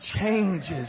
changes